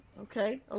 Okay